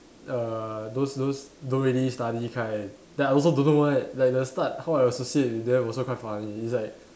err those those don't really study kind then I also don't know why like the start how I associate with then also quite funny it's like